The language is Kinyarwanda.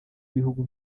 ibihugu